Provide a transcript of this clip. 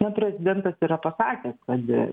na prezidentas yra pasakęs kad